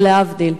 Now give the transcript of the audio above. ולהבדיל,